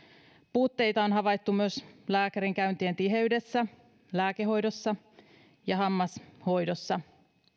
puutteita on havaittu myös lääkärikäyntien tiheydessä lääkehoidossa ja hammashoidossa